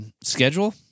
Schedule